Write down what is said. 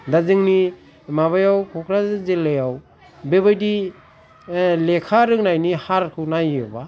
दा जोंनि माबायाव क'क्राझार जिल्लायाव बेबायदि लेखा रोंनायनि हारखाै नायोबा